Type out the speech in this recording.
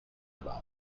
about